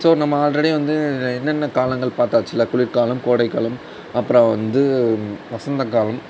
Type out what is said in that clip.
so நம்ம already வந்து என்னென்ன காலங்கள் பார்த்தாச்சுல குளிர் காலம் கோடை காலம் அப்புறம் வந்து வசந்த காலம்